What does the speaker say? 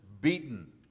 beaten